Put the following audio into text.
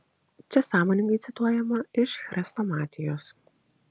čia sąmoningai cituojama iš chrestomatijos